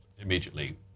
immediately